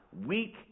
weak